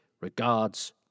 regards